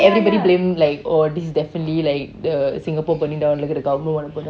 everybody blame like oh this definitely like the singapore burning down like the government want to burn down